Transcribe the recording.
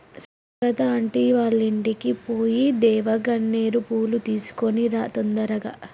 Sujatha aunty వాళ్ళింటికి పోయి దేవగన్నేరు పూలు తెంపుకొని రా తొందరగా